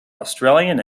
australian